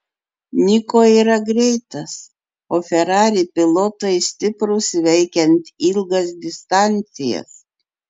niko yra greitas o ferrari pilotai stiprūs įveikiant ilgas distancijas